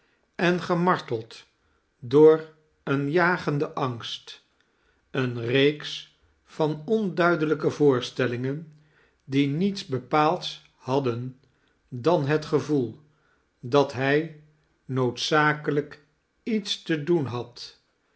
en gemarteld door een jagenden angst eene reeks van onduidelijke voorstellingen die niets bepaalds hadden dan het gevoel dat hij noodzakelijk iets te doen had